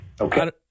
Okay